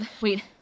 Wait